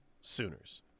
Sooners